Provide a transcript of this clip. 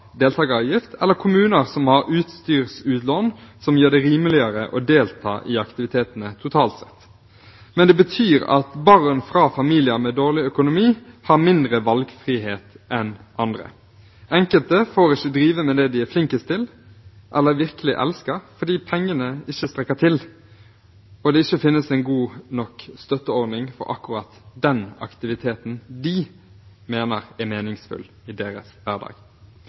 deltakeravgift, eller kommuner som har utstyrsutlån som gjør det rimeligere å delta i aktivitetene totalt sett. Men det betyr at barn fra familier med dårlig økonomi har mindre valgfrihet enn andre. Enkelte får ikke drive med det de er flinkest til eller virkelig elsker, fordi pengene ikke strekker til og det ikke finnes en god nok støtteordning for akkurat den aktiviteten de mener er meningsfull i deres hverdag.